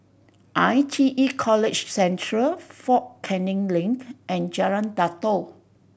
I T E College Central Fort Canning Link and Jalan Datoh